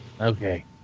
Okay